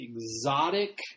exotic